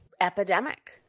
epidemic